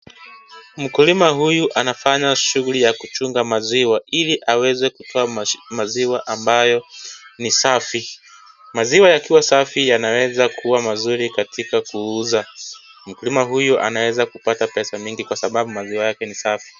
Mkulima huyu anafanya shughuli ya kuchunga maziwa ili aweze kutoa maziwa ambayo ni safi. Maziwa yakiwa safi yanaweza kuwa mazuri katika kuuza. Mkulima huyu anaweza kupata pesa mingi kwa sababu maziwa yake ni safi.